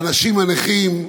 באנשים הנכים,